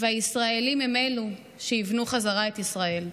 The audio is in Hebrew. והישראלים הם שיבנו בחזרה את ישראל.